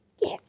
Yes